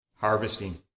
harvesting